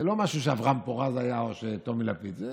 זה לא משהו שאברהם פורז היה או טומי לפיד, זה